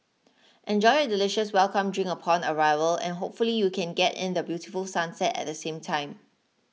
enjoy a delicious welcome drink upon arrival and hopefully you can get in the beautiful sunset at the same time